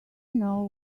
know